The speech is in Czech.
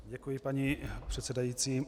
Děkuji, paní předsedající.